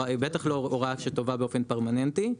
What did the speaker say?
בטח לא הוראה שטובה באופן פרמננטי,